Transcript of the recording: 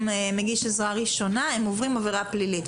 מגיש עזרה ראשונה הם עוברים עבירה פלילית,